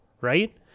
right